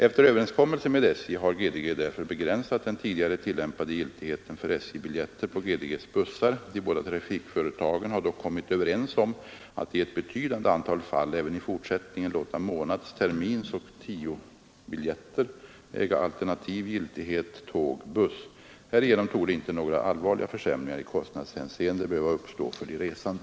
Efter överenskommelse med SJ har GDG därför begränsat den tidigare tillämpade giltigheten för SJ-biljetter på GDG:s bussar. De båda trafikföretagen har dock kommit överens om att i ett betydande antal fall även i fortsättningen låta månads-, terminsoch 10-biljetter äga alternativ giltighet tåg—buss. Härigenom torde inte några allvarliga försämringar i kostnadshänseende behöva uppstå för de resande.